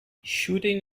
shooting